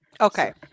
Okay